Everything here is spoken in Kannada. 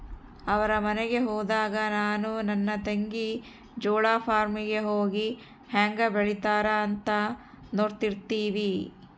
ಅವರ ಮನೆಗೆ ಹೋದಾಗ ನಾನು ನನ್ನ ತಂಗಿ ಜೋಳದ ಫಾರ್ಮ್ ಗೆ ಹೋಗಿ ಹೇಂಗೆ ಬೆಳೆತ್ತಾರ ಅಂತ ನೋಡ್ತಿರ್ತಿವಿ